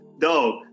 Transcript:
dog